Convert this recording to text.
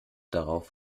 darauf